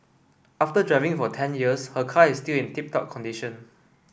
after driving for ten years her car is still in tip top condition